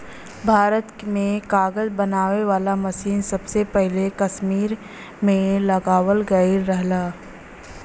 भारत में कागज बनावे वाला मसीन सबसे पहिले कसमीर में लगावल गयल रहल